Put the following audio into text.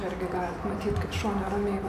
irgi galit matyt kaip šuo neramiai